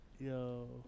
Yo